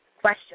question